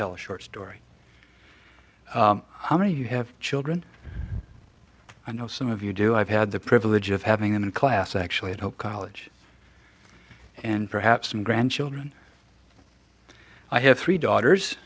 tell a short story how many you have children i know some of you do i've had the privilege of having an in class actually at hope college and perhaps some grandchildren i have three daughters